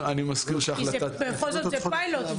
בכל זאת זה פיילוט.